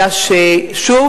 אלא ששוב,